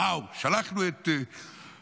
וואו, שלחנו את אהרן ברק.